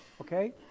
okay